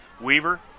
Weaver